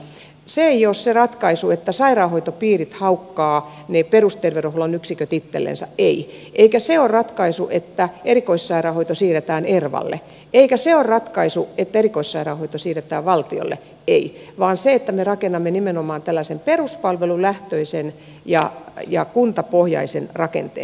se ei ole se ratkaisu että sairaanhoitopiirit haukkaavat ne perusterveydenhuollon yksiköt itsellensä eikä se ole ratkaisu että erikoissairaanhoito siirretään ervalle eikä se ole ratkaisu että erikoissairaanhoito siirretään valtiolle ei vaan se että me rakennamme nimenomaan tällaisen peruspalvelulähtöisen ja kuntapohjaisen rakenteen